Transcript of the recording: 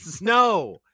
No